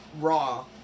raw